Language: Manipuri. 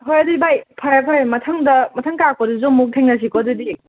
ꯍꯣꯏ ꯑꯗꯨꯗꯤ ꯚꯥꯏ ꯐꯔꯦ ꯐꯔꯦ ꯃꯊꯪꯗ ꯃꯊꯪ ꯀꯥꯔꯛꯄꯗꯁꯨ ꯑꯃꯨꯛ ꯊꯦꯡꯅꯁꯤꯀꯣ ꯑꯗꯨꯗꯤ